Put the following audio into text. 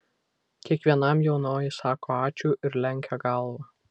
kiekvienam jaunoji sako ačiū ir lenkia galvą